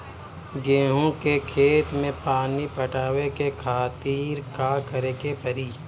गेहूँ के खेत मे पानी पटावे के खातीर का करे के परी?